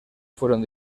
fueron